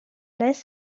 less